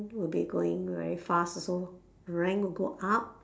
would be going very fast also rank will go up